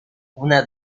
una